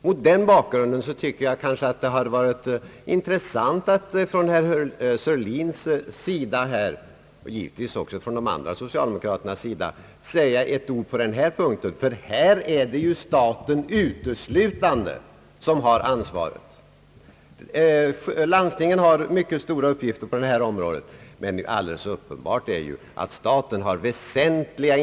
Mot den bakgrunden hade det varit intressant om det från herr Sörlins sida — och givetvis också från de andra socialdemokraternas sida — hade sagts några ord på den punkten, ty här är det uteslutande staten som har ansvaret. Landstingen har mycket stora uppgifter på sjukvårdsområdet, men alldeles uppenbart är att väsentliga insatser ankommer det på staten att göra.